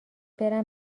برم